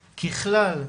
ככלל,